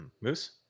Moose